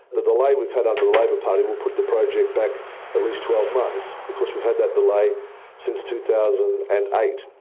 the delay we've had under the labor party will put the project back at least twelve months, because we've had that delay since two thousand and eight.